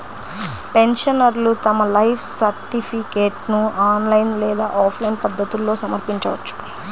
పెన్షనర్లు తమ లైఫ్ సర్టిఫికేట్ను ఆన్లైన్ లేదా ఆఫ్లైన్ పద్ధతుల్లో సమర్పించవచ్చు